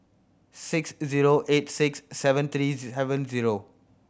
six zero eight six seven three seven zero